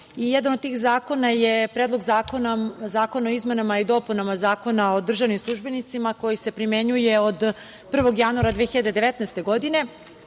Jedan od tih zakona je Predlog zakona o izmenama i dopunama Zakona o državnim službenicima koji se primenjuje od 1. januara 2019. godine.